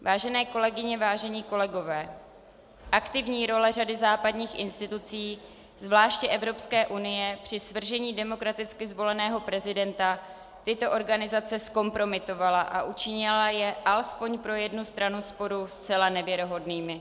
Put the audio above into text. Vážené kolegyně, vážení kolegové, aktivní role řady západních institucí, zvláště Evropské unie, při svržení demokraticky zvoleného prezidenta tyto organizace zkompromitovala a učinila je alespoň pro jednu stranu sporu zcela nevěrohodnými.